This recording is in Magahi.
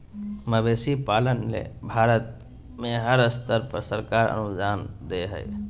मवेशी पालन ले भारत में हर स्तर पर सरकार अनुदान दे हई